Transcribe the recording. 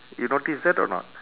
you notice that or not